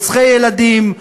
רוצחי ילדים,